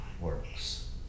works